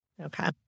Okay